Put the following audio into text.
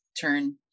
turn